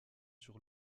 sur